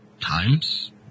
times